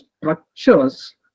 structures